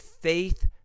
faith